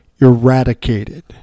Eradicated